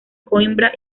coimbra